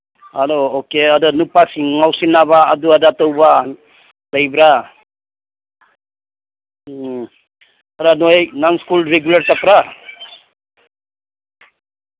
ꯑꯗꯣ ꯑꯣꯀꯦ ꯅꯨꯄꯥꯁꯤꯡ ꯉꯥꯎꯁꯤꯟꯅꯕ ꯑꯗꯨ ꯑꯗꯥ ꯇꯧꯕ ꯂꯩꯕ꯭ꯔꯥ ꯎꯝ ꯑꯗ ꯅꯣꯏ ꯅꯪ ꯁ꯭ꯀꯨꯜ ꯔꯤꯒꯨꯂꯔ ꯆꯠꯄ꯭ꯔꯥ